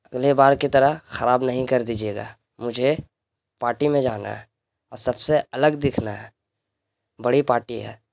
اگلی بار کی طرح خراب نہیں کر دیجیے گا مجھے پارٹی میں جانا ہے اور سب سے الگ دکھنا ہے بڑی پارٹی ہے